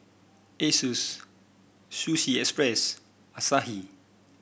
Asus Sushi Express Asahi